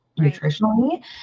nutritionally